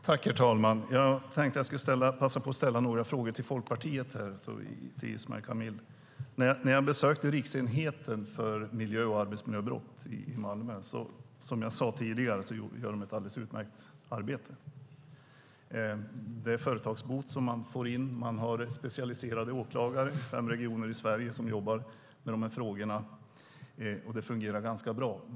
Herr talman! Jag tänkte passa på att ställa några frågor till Folkpartiet och Ismail Kamil. Jag har besökt Riksenheten för miljö och arbetsmiljömål i Malmö. De gör, som jag nämnde tidigare, ett alldeles utmärkt arbete. De får in ärenden om företagsbot. De har specialiserade åklagare, och de jobbar med de här frågorna tillsammans med fem regioner i Sverige. Det fungerar ganska bra.